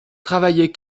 travaillait